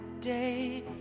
day